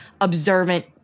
observant